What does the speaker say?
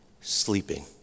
sleeping